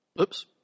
Oops